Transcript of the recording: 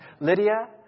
Lydia